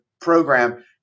program